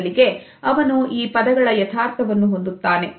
ಬದಲಿಗೆ ಅವನು ಈ ಪದಗಳ ಯಥಾರ್ಥವನ್ನು ಹೊಂದುತ್ತಾನೆ